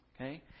Okay